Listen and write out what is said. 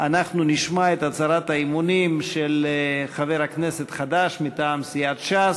אנחנו נשמע את הצהרת האמונים של חבר כנסת חדש מטעם סיעת ש"ס,